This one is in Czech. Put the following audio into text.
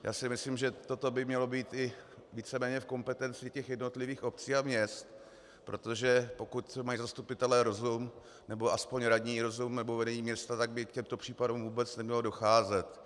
Já si myslím, že toto by mělo být i víceméně v kompetenci jednotlivých obcí a měst, protože pokud mají zastupitelé rozum, nebo aspoň radní rozum, nebo vedení města, tak by k těmto případům vůbec nemělo docházet.